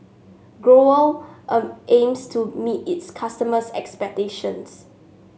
Growell aims to meet its customers' expectations